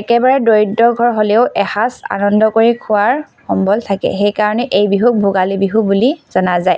একেবাৰে দৰিদ্ৰ ঘৰ হ'লেও এসাঁজ আনন্দ কৰি খোৱাৰ সম্বল থাকে সেইকাৰণে এই বিহুক ভোগালী বিহু বুলি জনা যায়